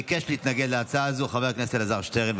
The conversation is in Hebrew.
ביקש להתנגד להצעה הזאת חבר הכנסת אלעזר שטרן,